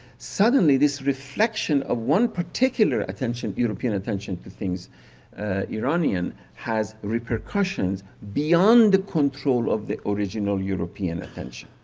suddenly this reflection of one particular attention, european attention to things iranian, has repercussions beyond the control of the original european attention?